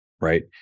right